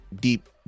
deep